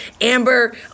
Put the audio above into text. Amber